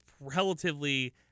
relatively